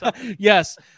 Yes